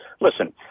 Listen